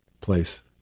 place